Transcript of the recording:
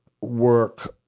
work